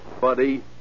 Buddy